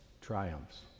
triumphs